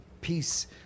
peace